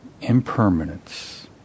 impermanence